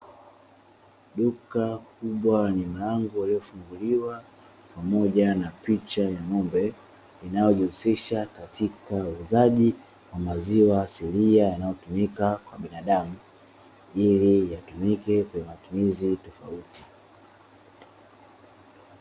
Duka kubwa lenye mlango uliofunguliwa pamoja na ya picha ya ng'ombe inayojihusisha katika uelezaji maziwa asiliya yanayotumika kwa binadamu ili yatumike kwenye matumizi tofauti.